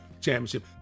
championship